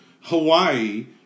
Hawaii